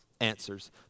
answers